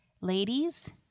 Ladies